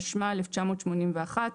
התשמ"א-1981".